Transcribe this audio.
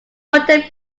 quantum